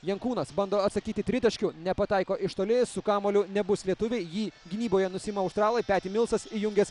jankūnas bando atsakyti tritaškiu nepataiko iš toli su kamuoliu nebus lietuviai jį gynyboje nusiima australai peti milsas įjungęs